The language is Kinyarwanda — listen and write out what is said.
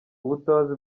ubutabazi